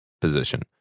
position